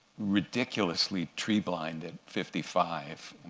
ridiculously tree blind at fifty five